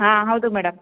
ಹಾಂ ಹೌದು ಮೇಡಮ್